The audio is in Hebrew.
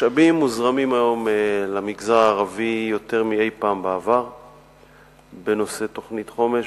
משאבים מוזרמים היום למגזר הערבי יותר מאי-פעם בעבר בנושא תוכנית חומש,